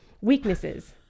weaknesses